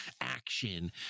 action